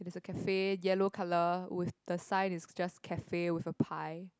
there's a cafe yellow colour with the sign is just cafe with a pie